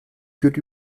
führt